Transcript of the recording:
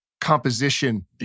composition